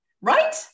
right